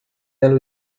ela